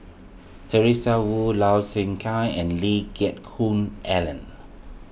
Teresa Hsu Low Thia Khiang and Lee Geck Hoon Ellen